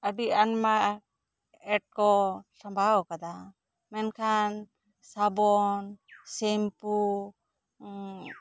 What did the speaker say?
ᱟᱹᱰᱤ ᱟᱭᱢᱟ ᱮᱯ ᱠᱚ ᱥᱟᱢᱵᱟᱣ ᱠᱟᱫᱟ ᱢᱮᱱᱠᱷᱟᱱ ᱥᱟᱵᱚᱱ ᱥᱮᱢᱯᱩ